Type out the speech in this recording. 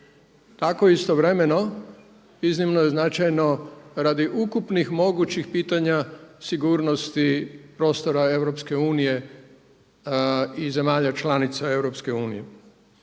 tako istovremeno iznimno je značajno radi ukupnih mogućih pitanja sigurnosti prostora EU i zemalja članica EU.